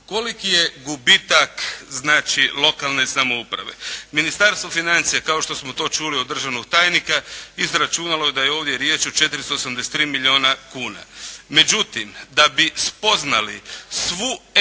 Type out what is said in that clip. Koliki je gubitak znači lokalne samouprave? Ministarstvo financija kao što smo to čuli od državnog tajnika izračunalo je da je ovdje riječ o 483 milijuna kuna. Međutim, da bi spoznali svu